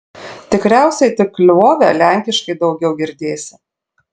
tikriausiai tik lvove lenkiškai daugiau girdėsi